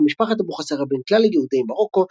משפחת אבוחצירא בין כלל יהודי מרוקו,